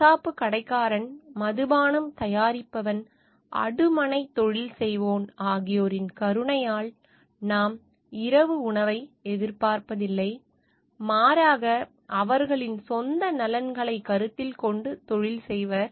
கசாப்புக் கடைக்காரன் மதுபானம் தயாரிப்பவன் அடுமனை தொழில் செய்வோன் ஆகியோரின் கருணையால் நாம் இரவு உணவை எதிர்பார்ப்பதில்லை மாறாக அவர்களின் சொந்த நலன்களைக் கருத்தில் கொண்டு தொழில் செய்வர்